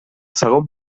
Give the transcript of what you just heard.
segon